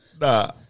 Nah